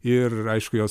ir aišku jos